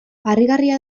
harrigarria